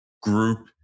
group